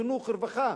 חינוך ורווחה,